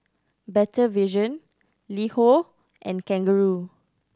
Better Vision LiHo and Kangaroo